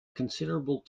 considerable